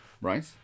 Right